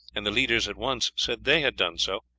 and the leaders at once said they had done so,